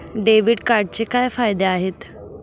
Debit कार्डचे काय फायदे आहेत?